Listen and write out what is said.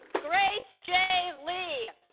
grace j. lee